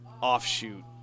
offshoot